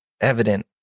evident